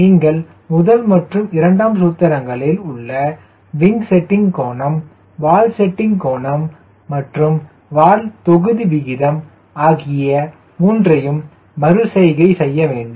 நீங்கள் முதல் மற்றும் இரண்டாம் சூத்திரங்களில் உள்ள விங் செட்டிங் கோணம் வால் செட்டிங் கோணம் மற்றும் வால் தொகுதி விகிதம் ஆகிய மூன்றையும் மறு செய்கை செய்ய வேண்டும்